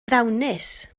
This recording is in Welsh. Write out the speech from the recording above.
ddawnus